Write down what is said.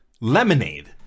lemonade